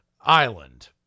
island